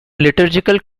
liturgical